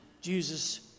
Jesus